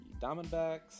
Diamondbacks